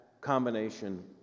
combination